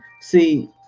see